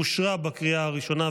אושרה בקריאה הראשונה,